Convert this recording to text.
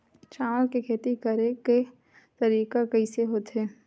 चावल के खेती करेके तरीका कइसे होथे?